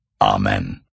Amen